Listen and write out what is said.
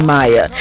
Maya